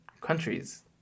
countries